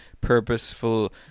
purposeful